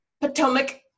Potomac